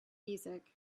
music